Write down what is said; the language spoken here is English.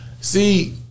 See